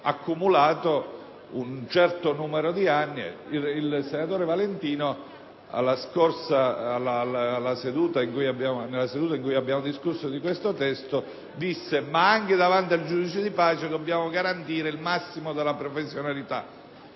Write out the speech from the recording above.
accumulato un certo numero di anni. Il senatore Valentino, nella seduta in cui abbiamo discusso di questo testo, ebbe a dire che anche davanti al giudice di pace dobbiamo garantire il massimo della professionalità,